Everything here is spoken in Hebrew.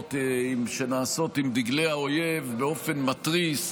המוניות שנעשות עם דגלי האויב באופן מתריס,